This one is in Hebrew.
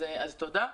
תודה.